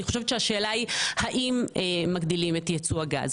אני חושבת שהשאלה היא האם מגדילים את ייצוא הגז?